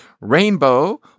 Rainbow